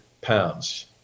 pounds